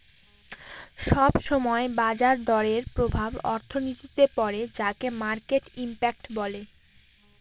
সব সময় বাজার দরের প্রভাব অর্থনীতিতে পড়ে যাকে মার্কেট ইমপ্যাক্ট বলে